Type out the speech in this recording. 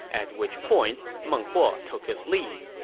at which point meng huo took his leave.